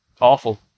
awful